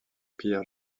pierre